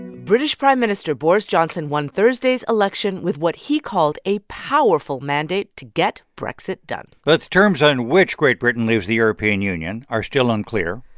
british prime minister boris johnson won thursday's election with what he called a powerful mandate to get brexit done but the terms on which great britain leaves the european union are still unclear.